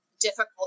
difficult